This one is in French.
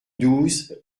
douze